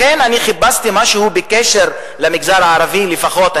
לכן, אני חיפשתי משהו בקשר למגזר הערבי לפחות.